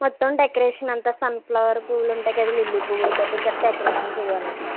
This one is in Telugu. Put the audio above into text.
మొత్తం డెకరేషన్ అంత సన్ ఫ్లవర్ పూవులు ఉంటే కదా లిల్లీ పువ్వులు తోటి డెకరేషన్ చెయ్యాలండి